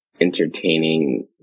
entertaining